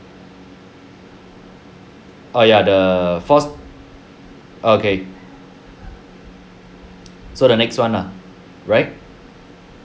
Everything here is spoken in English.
uh ya the force oh okay so the next [one] lah right